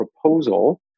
proposal